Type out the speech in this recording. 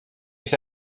się